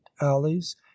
alleys